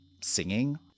singing